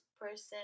person